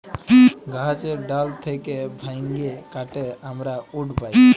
গাহাচের ডাল থ্যাইকে ভাইঙে কাটে আমরা উড পায়